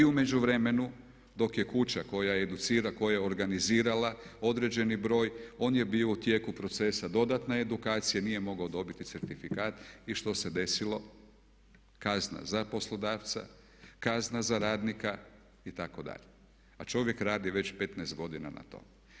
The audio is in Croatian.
I u međuvremenu dok je kuća koja educira, koja je organizirala određeni broj, on je bio u tijeku procesa dodatne edukacije, nije mogao dobiti certifikat i što se desilo, kazna za poslodavca kazna za radnika itd. a čovjek radi već 15 godina na tom.